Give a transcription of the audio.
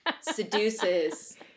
Seduces